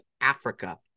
Africa